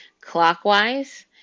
clockwise